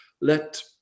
let